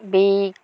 बे